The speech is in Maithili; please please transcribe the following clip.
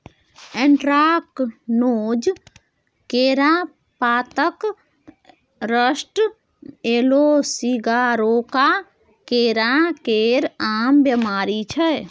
एंट्राकनोज, केरा पातक रस्ट, येलो सीगाटोका केरा केर आम बेमारी छै